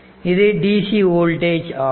இது dc voltage ஆகும்